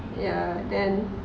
ya then